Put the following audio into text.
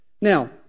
Now